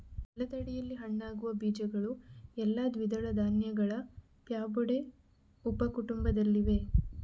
ನೆಲದಡಿಯಲ್ಲಿ ಹಣ್ಣಾಗುವ ಬೀಜಗಳು ಎಲ್ಲಾ ದ್ವಿದಳ ಧಾನ್ಯಗಳ ಫ್ಯಾಬೊಡೆ ಉಪ ಕುಟುಂಬದಲ್ಲಿವೆ